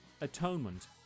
Atonement